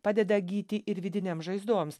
padeda gyti ir vidinėm žaizdoms